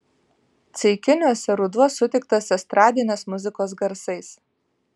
ceikiniuose ruduo sutiktas estradinės muzikos garsais